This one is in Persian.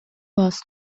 باز